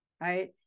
right